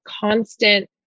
constant